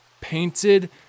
painted